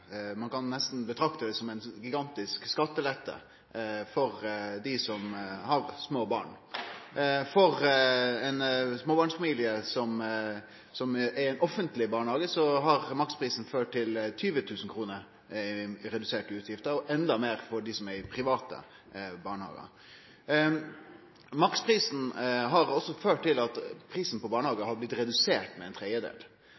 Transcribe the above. Ein kan nesten betrakte det som ein gigantisk skattelette for dei som har små barn. For ein småbarnsfamilie med barn i ein offentleg barnehage har maksprisen ført til 20 000 kroner i reduserte utgifter, og enda meir for dei som har barn i private barnehagar. Maksprisen har òg ført til at prisen på